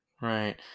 right